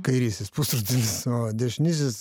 kairysis pusrutulis o dešinysis